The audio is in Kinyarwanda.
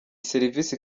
serivisi